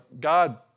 God